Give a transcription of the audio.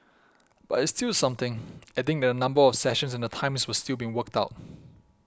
but it's still something adding that the number of sessions and the times were still being worked out